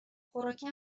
خوراکی